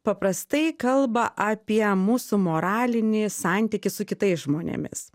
paprastai kalba apie mūsų moralinį santykį su kitais žmonėmis